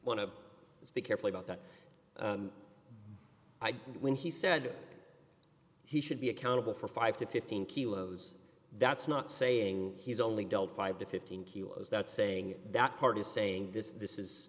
want to be careful about that idea when he said he should be accountable for five to fifteen kilos that's not saying he's only dealt five to fifteen kilos that's saying that parties saying this this is